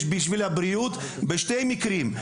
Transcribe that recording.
בשביל הבריאות בשני מקרים,